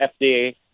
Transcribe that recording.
fda